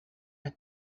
had